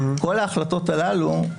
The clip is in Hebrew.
כל ההחלטות הללו,